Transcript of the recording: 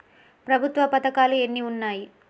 ప్రభుత్వ పథకాలు ఎన్ని ఉన్నాయి?